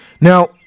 Now